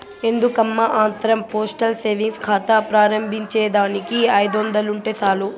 ఎందుకమ్మా ఆత్రం postal savings కాతా ప్రారంబించేదానికి ఐదొందలుంటే సాలు